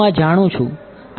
આનું શું